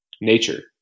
nature